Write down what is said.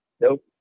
Nope